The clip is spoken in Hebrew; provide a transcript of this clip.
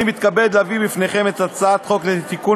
אני מתכבד להביא בפניכם את הצעת חוק לתיקון